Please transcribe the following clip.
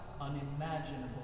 unimaginable